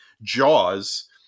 Jaws